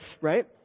right